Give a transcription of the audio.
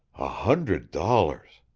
a hundred dollars!